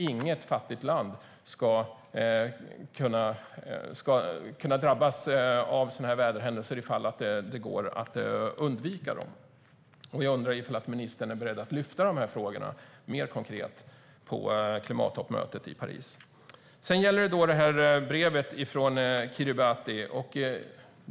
Inget fattigt land ska behöva drabbas av sådana här väderhändelser ifall det går att undvika dem. Jag undrar om ministern är beredd att lyfta fram de här frågorna mer konkret på klimattoppmötet i Paris. Sedan gäller det brevet från Kiribati.